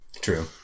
True